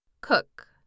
cook